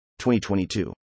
2022